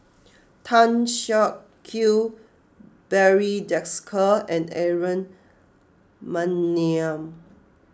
Tan Siak Kew Barry Desker and Aaron Maniam